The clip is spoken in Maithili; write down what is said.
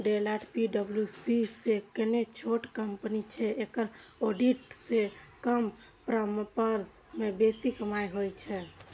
डेलॉट पी.डब्ल्यू.सी सं कने छोट कंपनी छै, एकरा ऑडिट सं कम परामर्श सं बेसी कमाइ होइ छै